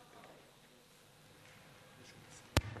יישר כוח.